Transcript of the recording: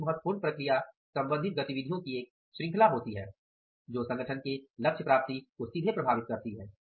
एक महत्वपूर्ण प्रक्रिया संबंधित गतिविधियों की एक श्रृंखला होती है जो संगठन के लक्ष्य प्राप्ति को सीधे प्रभावित करती है